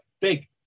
big